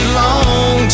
long